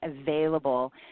available